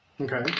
Okay